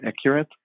accurate